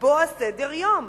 לקבוע סדר-יום,